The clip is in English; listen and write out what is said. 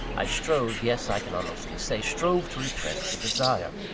i strove yes, i can honestly say, strove to repress the desire.